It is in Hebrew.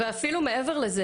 ואפילו מעבר לזה,